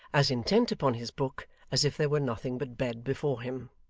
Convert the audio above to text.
as intent upon his book as if there were nothing but bed before him.